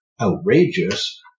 outrageous